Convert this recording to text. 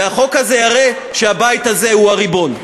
והחוק הזה יראה שהבית הזה הוא הריבון.